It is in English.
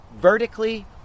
vertically